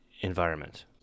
environment